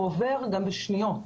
הוא עובר גם בשניות.